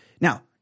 Now